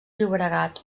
llobregat